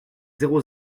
zéro